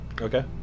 Okay